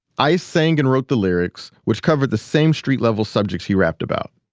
ice sang and wrote the lyrics, which covered the same street-level subjects he rapped about.